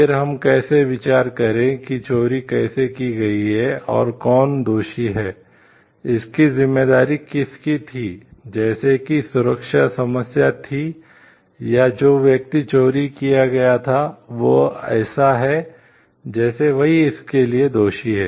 फिर हम कैसे विचार करें कि चोरी कैसे की गई है और कौन दोषी है इसकी जिम्मेदारी किसकी थी जैसे की सुरक्षा समस्या थी या जो व्यक्ति चोरी किया गया था वह ऐसा है जैसे वही इसके लिए दोषी है